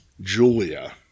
Julia